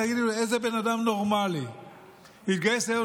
תגידו לי איזה בן אדם נורמלי יתגייס היום